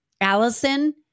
Allison